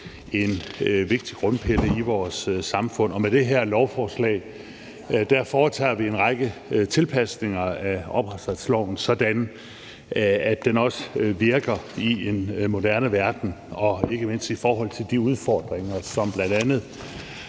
en vigtig grundpille i vores samfund. Med det her lovforslag foretager vi en række tilpasninger af ophavsretsloven, sådan at den også virker i en moderne verden og ikke mindst i forhold til de udfordringer, som bl.a.